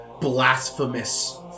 blasphemous